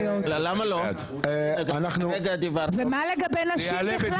ומה לגבי נשים בכלל?